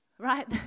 right